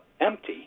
empty